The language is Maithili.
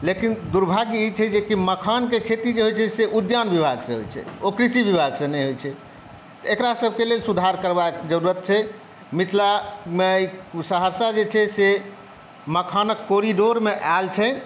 लेकिन दुर्भाग्य ई छै की मखानक खेती जे होइ छै से उद्यान विभागसॅं होइ छै ओ कृषि विभागसॅं नहि होइ छै एक़रासभके लेल सुधार करबाक ज़रूरत छै मिथिलामे सहरसा जे छै से मखानक कोरिडोरमे आयल छै